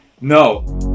No